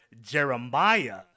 jeremiah